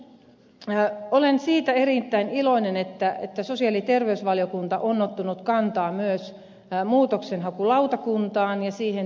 sitten olen siitä erittäin iloinen että sosiaali ja terveysvaliokunta on ottanut kantaa myös muutoksenhakulautakuntaan ja siihen tilanteeseen